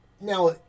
Now